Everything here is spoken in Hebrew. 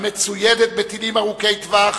המצוידת בטילים ארוכי-טווח,